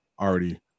already